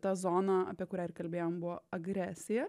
ta zoną apie kurią ir kalbėjom buvo agresija